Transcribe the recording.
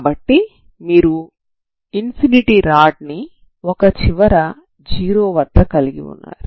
కాబట్టి మీరు infinity rod ని ఒక చివర 0 వద్ద కలిగి ఉన్నారు